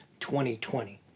2020